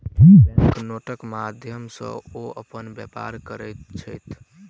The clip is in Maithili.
बैंक नोटक माध्यम सॅ ओ अपन व्यापार करैत छैथ